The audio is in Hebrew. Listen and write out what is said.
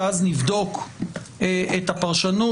ואז נבדוק את הפרשנות.